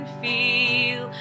feel